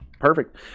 Perfect